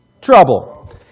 Trouble